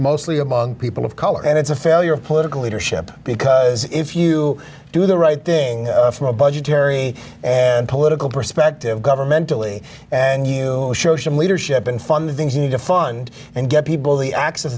mostly among people of color and it's a failure of political leadership because if you do the right thing from a budgetary and political perspective governmentally and you show some leadership and fund the things you need to fund and get people the access